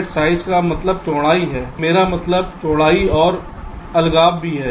set size का मतलब चौड़ाई है मेरा मतलब चौड़ाई और अलगाव भी है